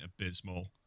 abysmal